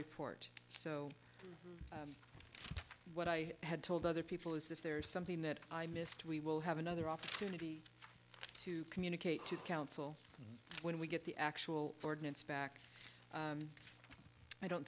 report so what i had told other people is if there is something that i missed we will have another opportunity to communicate to the council when we get the actual ordinance back i don't